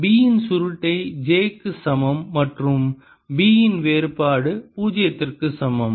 B இன் சுருட்டை j க்கு சமம் மற்றும் B இன் வேறுபாடு பூஜ்ஜியத்திற்கு சமம்